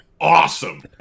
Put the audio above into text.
awesome